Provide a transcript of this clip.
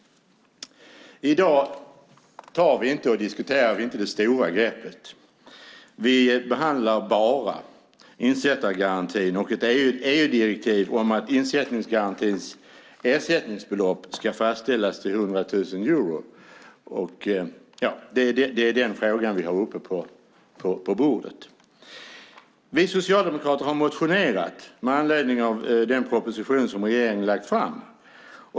I dag diskuterar vi inte det stora greppet. Vi behandlar bara insättargarantin och ett EU-direktiv om att insättningsgarantins ersättningsbelopp ska fastställas till 100 000 euro. Det är den frågan vi har på bordet. Vi socialdemokrater har motionerat med anledning av den proposition som regeringen har lagt fram.